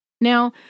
Now